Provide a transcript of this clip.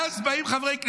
ואז באים חברי כנסת,